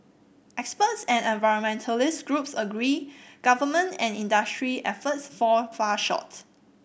experts and environmentalist groups agree government and industry efforts fall far short